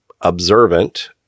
observant